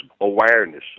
awareness